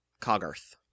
Cogarth